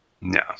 No